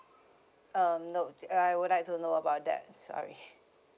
um no uh well I don't know about that sorry